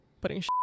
Putting